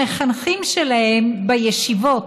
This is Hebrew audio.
המחנכים שלהם בישיבות